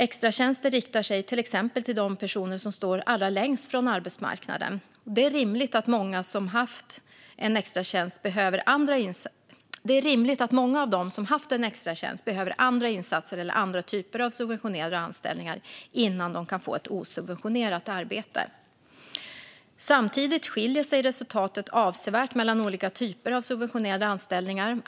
Extratjänster riktar sig till exempel till de personer som står allra längst från arbetsmarknaden. Det är rimligt att många av dem som haft en extratjänst behöver andra insatser eller andra typer av subventionerade anställningar innan de kan få ett osubventionerat arbete. Samtidigt skiljer sig resultatet avsevärt mellan olika typer av subventionerade anställningar.